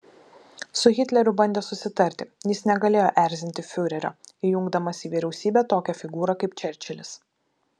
su hitleriu bandė susitarti jis negalėjo erzinti fiurerio įjungdamas į vyriausybę tokią figūrą kaip čerčilis